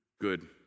good